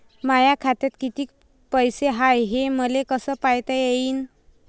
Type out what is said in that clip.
माया खात्यात कितीक पैसे हाय, हे मले कस पायता येईन?